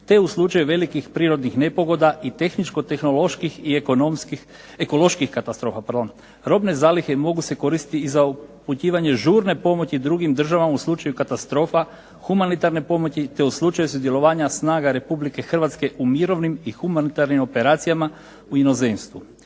te u slučaju velikih prirodnih nepogoda i tehničko tehnološki i ekoloških katastrofa. Robne zalihe mogu se koristiti i za upućivanje žurne pomoći drugim državama u slučaju katastrofa, humanitarne pomoći, te u slučaju sudjelovanja snaga Republike Hrvatske u mirovnim i humanitarnim operacijama u inozemstvu.